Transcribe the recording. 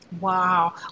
Wow